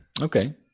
Okay